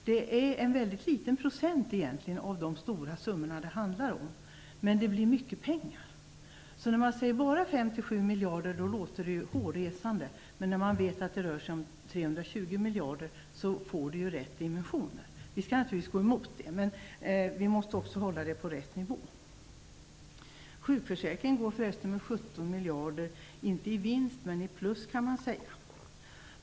Det utgör egentligen en väldigt liten del av de väldiga summor det handlar om, men det blir mycket pengar. Om man bara nämner 5-7 miljarder låter det hårresande, men när man vet att det totalt rör sig om 320 miljarder blir det rätt proportioner. Vi skall naturligtvis gå emot fusket, men vi måste också hålla oss på rätt nivå. Sjukförsäkringen går förresten med 17 miljarder inte i vinst men plus kan man säga.